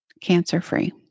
cancer-free